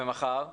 ומחר?